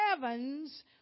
heavens